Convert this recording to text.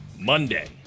Monday